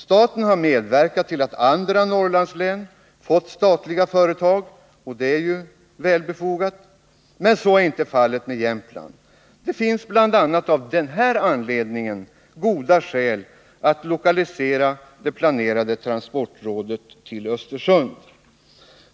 Staten har medverkat till att andra Norrlandslän fått statliga företag, och det är ju väl befogat, men så är inte fallet med Jämtland. Det finns bl.a. av den anledningen goda skäl att lokalisera det planerade transportrådet till Östersund.